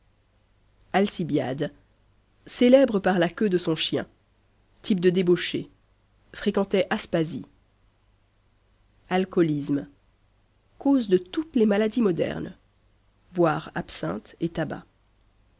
alcibiade célèbre par la queue de son chien type de débauché fréquentait aspasie alcoolisme cause de toute les maladies modernes